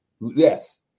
Yes